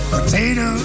Potato